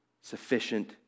sufficient